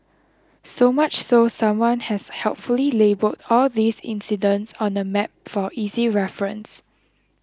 so much so someone has helpfully labelled all these incidents on a map for easy reference